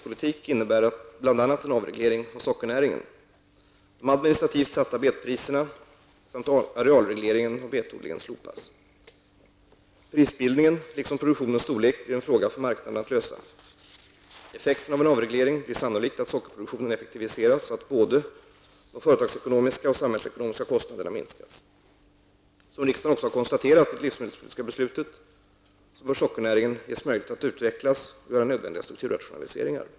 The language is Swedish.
Prisbildningen liksom produktionens storlek blir en fråga för marknaden att lösa. Effekten av en avreglering blir sannolikt att sockerproduktionen effektiviseras så att både de företagsekonomiska och samhällsekonomiska kostnaderna minskas. Som riksdagen också konstaterat i det livsmedelspolitiska beslutet bör sockernäringen ges möjlighet att utvecklas och göra nödvändiga strukturrationaliseringar.